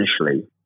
initially